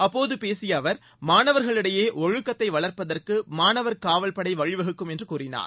அப்போது பேசிய அவர் மாணவர்களிடையே ஒழுக்கத்தை வளர்ப்பதற்கு மாணவர் காவல் படை வழிவகுக்கும் என்று கூறினார்